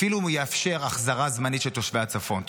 אפילו אם הוא יאפשר החזרה זמנית של תושבי הצפון.